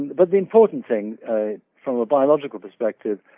but the important thing from a biological perspective,